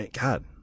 God